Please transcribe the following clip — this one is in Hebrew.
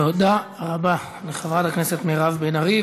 תודה רבה לחברת הכנסת מירב בן ארי.